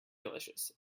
delicious